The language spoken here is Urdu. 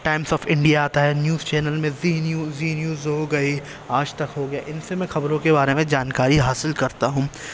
ٹائمس آف انڈیا آتا ہے نیوز چینل میں زی نیوز زی نیوز ہو گئی آج تک ہو گیا ان سے میں خبروں کے بارے میں جانکاری حاصل کرتا ہوں